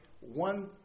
one